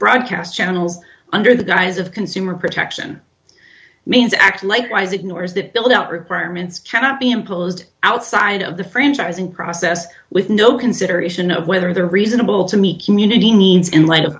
broadcast channels under the guise of consumer protection means act likewise ignores the buildout requirements cannot be imposed outside of the franchise and process with no consideration of whether the reasonable to me community needs in light of